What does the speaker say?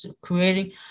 creating